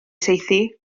saethu